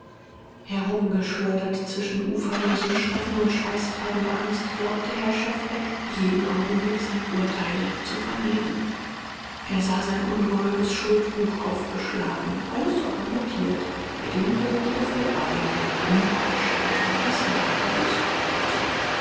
herumgeschleudert zwischen uferlosem schrecken und schweißtreibender angst glaubte herr schefbeck jeden augenblick sein urteil zu vernehmen er sah sein ungeheures schuldbuch aufgeschlagen alles sauber notiert jede lüge jede völlerei jede unkeuschheit vom ersten tage bis heute